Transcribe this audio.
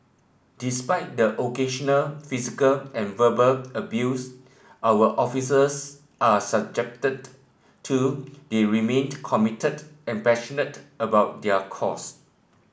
despite the occasional physical and verbal abuse our officers are subjected to they remained committed and passionate about their cause